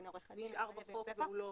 בין עורך הדין לבין הבן אדם.